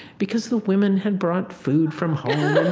because the women had brought food from home.